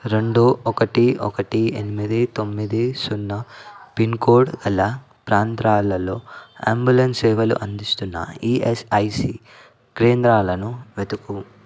రెండు ఒకటి ఒకటి ఎనిమిది తొమ్మిది సున్నా పిన్కోడ్ గల ప్రాంతాలలో అంబులెన్స్ సేవలు అందిస్తున్న ఈఎస్ఐసి కేంద్రాలను వెతుకు